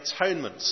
atonement